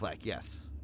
yes